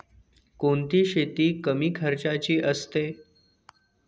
कोणती शेती कमी खर्चाची असते?